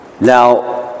Now